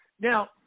Now